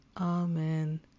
Amen